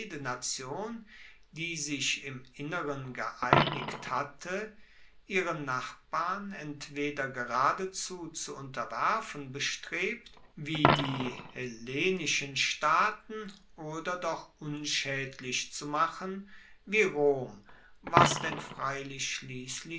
nation die sich im innern geeinigt hatte ihre nachbarn entweder geradezu zu unterwerfen bestrebt wie die hellenischen staaten oder doch unschaedlich zu machen wie rom was denn freilich